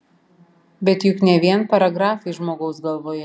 bet juk ne vien paragrafai žmogaus galvoje